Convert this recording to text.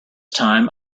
time